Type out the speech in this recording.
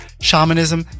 shamanism